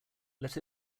let